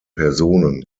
personen